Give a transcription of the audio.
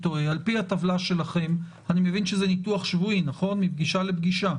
הטבלה שלכם אני מבין שזה ניתוח שבועי מפגישה לפגישה